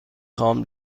خواهم